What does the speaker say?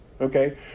Okay